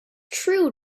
true